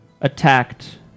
attacked